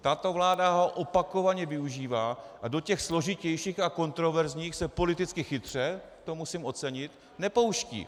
Tato vláda ho opakovaně využívá a do těch složitějších a kontroverzních se politicky chytře, to musím ocenit, nepouští.